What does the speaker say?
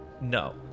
No